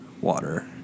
water